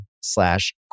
slash